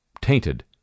tainted